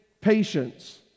patience